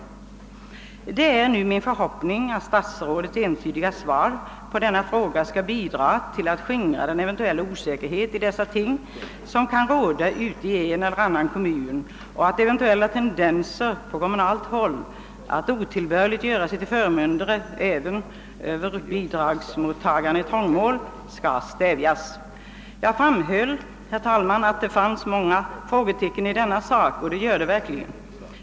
Det är nu min förhoppning att statsrådets entydiga svar på denna fråga skall bidraga till att skingra den eventuella osäkerhet i dessa ting som kan råda i en eller annan kommun — och att eventuella tendenser på kommunalt håll att otillbörligt göra sig till förmyndare över bidragsmottagare i trångmål skall stävjas. Jag framhöll, herr talman, att det finns många frågetecken i denna sak, och det gör det verkligen.